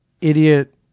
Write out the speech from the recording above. idiot